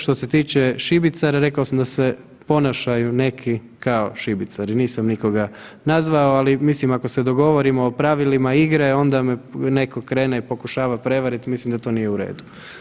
Što se tiče šibicara, rekao sam da se ponašaju neki kao šibicari, nisam nikoga nazvao, ali mislim ako se dogovorimo o pravilima igra onda me neko krene i pokušava prevarit i mislim da to nije u redu.